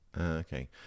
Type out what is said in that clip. Okay